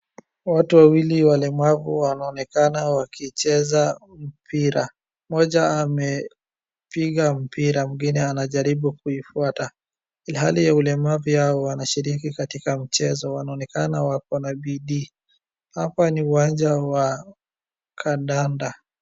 Watu wawili walemavu wanaonekana wakicheza mpira. Mmoja amepiga mpira mwingine anajaribu kuifuata. Ilhali ya ulemavu yao wanashiriki katika mchezo, wanaonekana wako na bidii. hapa ni uwanja wa kandanda.